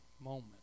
moment